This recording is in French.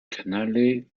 canale